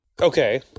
Okay